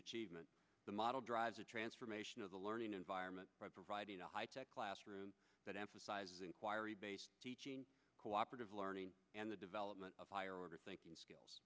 achievement the model drives a transformation of the learning and arment providing a high tech classroom that emphasizes inquiry based cooperative learning and the development of higher order thinking skills